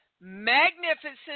magnificent